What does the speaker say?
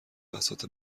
بساط